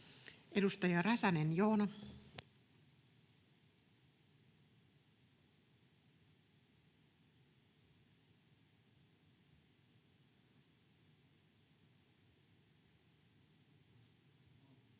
Edustaja Räsänen, Joona. Arvoisa